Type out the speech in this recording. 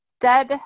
dead